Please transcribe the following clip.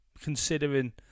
considering